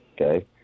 okay